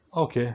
okay